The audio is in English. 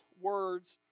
words